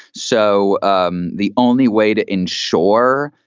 so um the only way to ensure.